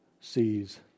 sees